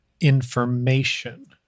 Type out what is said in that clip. information